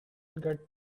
get